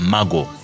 Mago